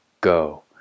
Go